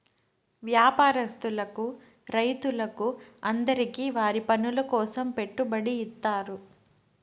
వ్యాపారస్తులకు రైతులకు అందరికీ వారి పనుల కోసం పెట్టుబడి ఇత్తారు